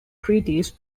treaties